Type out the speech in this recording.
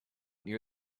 near